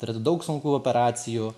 turėti daug sunkių operacijų